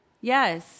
Yes